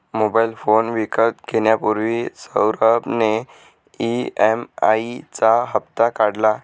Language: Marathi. मोबाइल फोन विकत घेण्यापूर्वी सौरभ ने ई.एम.आई चा हप्ता काढला